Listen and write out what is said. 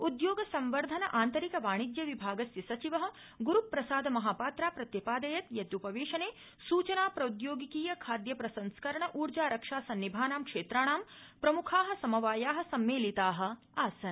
उदयोगसंवर्धन आन्तरिक वाणिज्य विभागस्य सचिव ग्रूप्रसाद महापात्रा प्रत्यपादयत् यत् उपवेशने सूचना प्रौद्योगिकीय खाद्यप्रसंस्करण ऊर्जा रक्षा सन्निभानां क्षेत्राणां प्रमुखा समवाया सम्मेलिता आसन्